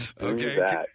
Okay